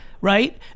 right